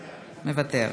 מוותר.